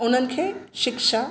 उन्हनि खे शिक्षा